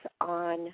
on